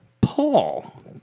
Paul